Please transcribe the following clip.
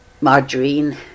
margarine